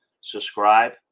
subscribe